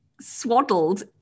swaddled